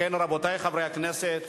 רבותי חברי הכנסת,